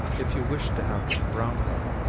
if you wish to have them brown well.